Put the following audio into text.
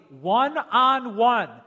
one-on-one